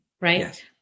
right